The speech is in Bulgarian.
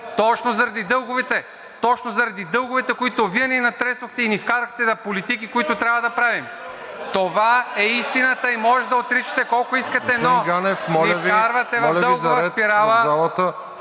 точно заради дълговете, които Вие ни натресохте и ни вкарахте в политики, които трябва да правим. Това е истината и може да отричате колкото искате, но ни вкарвате в дългова спирала.